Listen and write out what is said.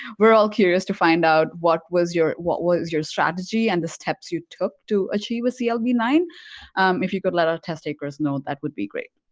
we're all curious to find out what was your what was your strategy and the steps you took to achieve a cl b nine if you could let our test takers know that would be great.